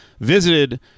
visited